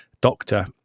doctor